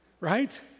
right